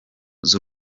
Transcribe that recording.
z’u